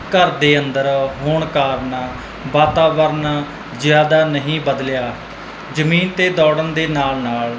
ਘਰ ਦੇ ਅੰਦਰ ਹੋਣ ਕਾਰਨ ਵਾਤਾਵਰਨ ਜ਼ਿਆਦਾ ਨਹੀਂ ਬਦਲਿਆ ਜ਼ਮੀਨ 'ਤੇ ਦੌੜਨ ਦੇ ਨਾਲ ਨਾਲ